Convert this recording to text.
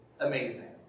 amazing